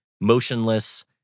motionless